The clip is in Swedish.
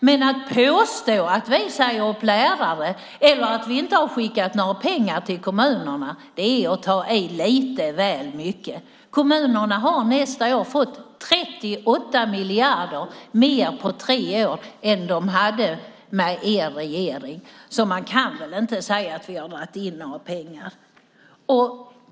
Men att påstå att vi säger upp lärare eller att vi inte gett några pengar till kommunerna är att ta i lite väl mycket. Kommunerna har nästa år fått 38 miljarder mer på tre år än vad de hade under den tidigare regeringens tid. Då kan man inte säga att vi dragit in några pengar.